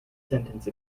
sentence